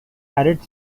added